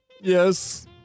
Yes